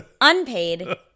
unpaid